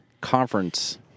conference